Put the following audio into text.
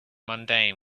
mundane